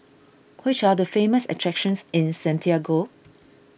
which are the famous attractions in Santiago